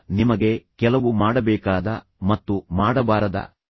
ನಿಮಗೆ ಕೆಲವು ಮಾಡಬೇಕಾದ ಮತ್ತು ಮಾಡಬಾರದ ಕೆಲಸಗಳನ್ನು ನೀಡುತ್ತದೆ